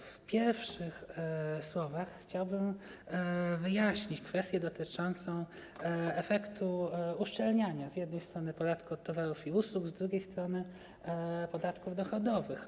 W pierwszych słowach chciałbym wyjaśnić kwestię dotyczącą efektu uszczelniania z jednej strony podatku od towarów i usług, z drugiej strony podatków dochodowych.